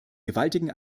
gewaltigen